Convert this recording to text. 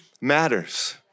matters